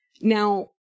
Now